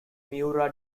miura